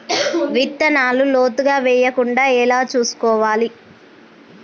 విత్తనాలు లోతుగా వెయ్యకుండా ఎలా చూసుకోవాలి?